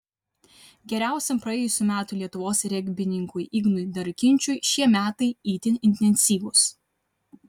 geriausiam praėjusių metų lietuvos regbininkui ignui darkinčiui šie metai itin intensyvūs